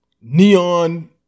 neon